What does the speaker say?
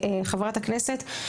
חברת הכנסת,